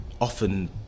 often